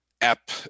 app